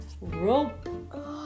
Rope